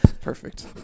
perfect